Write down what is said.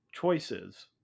choices